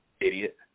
Idiot